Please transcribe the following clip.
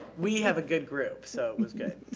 we have a good group, so it was good.